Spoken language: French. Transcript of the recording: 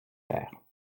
faire